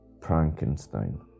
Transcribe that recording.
Frankenstein